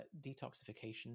detoxification